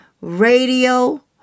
radio